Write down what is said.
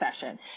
session